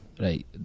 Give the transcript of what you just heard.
Right